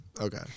okay